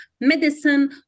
medicine